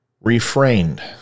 refrained